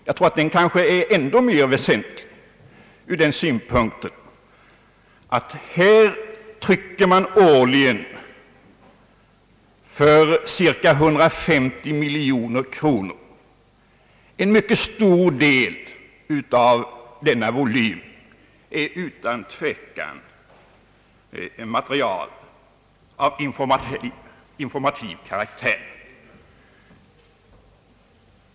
Jag tror att den sidan kanske är ännu mer väsentlig, ty man trycker här årligen för cirka 150 miljoner kronor, och en mycket stor del av denna volym är utan tvekan material av informativ karaktär.